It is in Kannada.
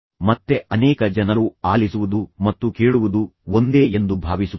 ಮತ್ತೆ ಅನೇಕ ಜನರು ಆಲಿಸುವುದು ಮತ್ತು ಕೇಳುವುದು ಒಂದೇ ಎಂದು ಭಾವಿಸುತ್ತಾರೆ